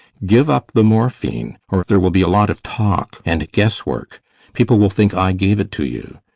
give up the morphine, or there will be a lot of talk and guesswork people will think i gave it to you.